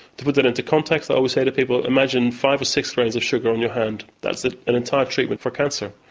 to put that into context, i always say to people, imagine five or six grains of sugar on your hand that's ah an entire treatment for cancer.